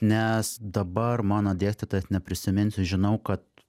nes dabar mano dėstytojas neprisiminsiu žinau kad